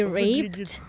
raped